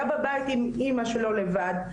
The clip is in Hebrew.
היה בבית עם אימא שלו לבד.